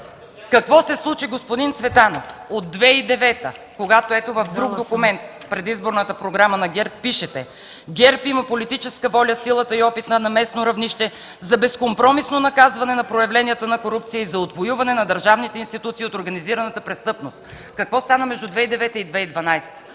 какво се случи от 2009 г., когато – ето в друг документ в предизборната програма на ГЕРБ пишете: „ГЕРБ има политическата воля, силата и опита на местно равнище за безкомпромисно наказване на проявленията на корупция и за отвоюване на държавните институции от организираната престъпност” – какво стана между 2009-а и 2012 г.?